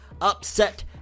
upset